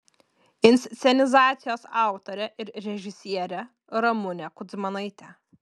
inscenizacijos autorė ir režisierė ramunė kudzmanaitė